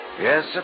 Yes